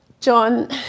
John